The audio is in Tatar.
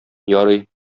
ярый